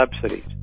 subsidies